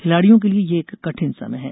खिलाड़ियों के लिये यह एक कठिन समय है